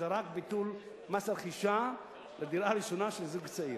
זה רק ביטול מס רכישה על דירה ראשונה של זוג צעיר,